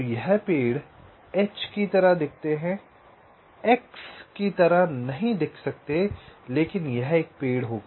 तो यह पेड़ एच की तरह दिखते हैं एक्स की तरह नहीं दिख सकते हैं लेकिन यह एक पेड़ होगा